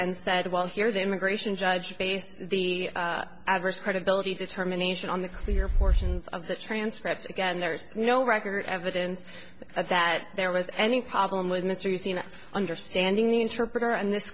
and said well here the immigration judge based the adverse credibility determination on the clear portions of the transcript again there's no record evidence that there was any problem with mr you see in understanding the interpreter and this